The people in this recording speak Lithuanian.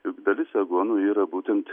juk dalis aguonų yra būtent